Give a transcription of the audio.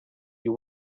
you